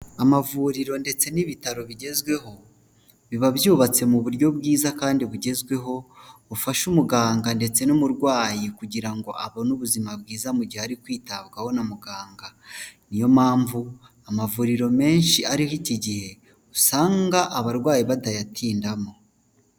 Amavuriro ndetse n'ibitaro bigezweho biba byubatse mu buryo bwiza kandi bugezweho, bufasha umuganga ndetse n'umurwayi kugira ngo abone ubuzima bwiza mu gihe ari kwitabwaho na muganga, niyo mpamvu amavuriro menshi ariho iki gihe usanga abarwayi batayatindamo.